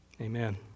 Amen